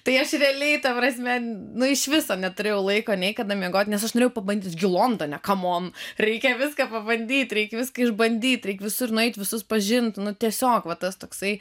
tai aš realiai ta prasme nu iš viso neturėjau laiko nei kada miegot nes aš norėjau pabandyti gi londone kamon reikia viską pabandyt reik viską išbandyt reik visur nueit visus pažint nu tiesiog va tas toksai